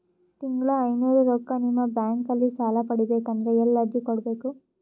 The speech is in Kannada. ತಿಂಗಳ ಐನೂರು ರೊಕ್ಕ ನಿಮ್ಮ ಬ್ಯಾಂಕ್ ಅಲ್ಲಿ ಸಾಲ ಪಡಿಬೇಕಂದರ ಎಲ್ಲ ಅರ್ಜಿ ಕೊಡಬೇಕು?